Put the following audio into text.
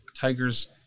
Tigers